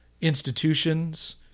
institutions